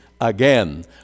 again